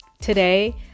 Today